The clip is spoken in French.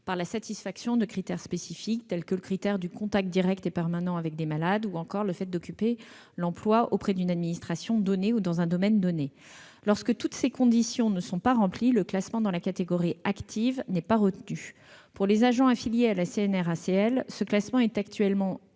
à la satisfaction de critères spécifiques, tels que le critère du « contact direct et permanent avec des malades » ou le fait d'occuper l'emploi auprès d'une administration donnée ou dans un domaine donné. Lorsque toutes ces conditions ne sont pas remplies, le classement dans la catégorie active n'est pas retenu. Pour les agents affiliés à la CNRACL, ce classement est actuellement